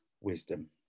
wisdom